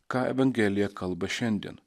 ką evangelija kalba šiandien